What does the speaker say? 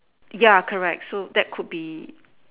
ya correct so that could be